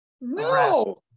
No